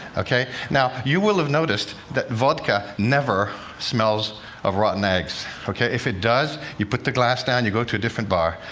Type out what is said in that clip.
ok? now, you will have noticed that vodka never smells of rotten eggs. if it does, you put the glass down, you go to a different bar.